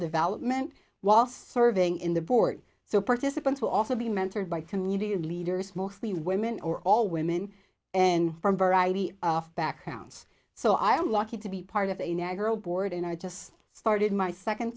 development while serving in the board so participants will also be mentored by community leaders mostly women or all women and from variety of backgrounds so i am lucky to be part of a nagra board and i just started my second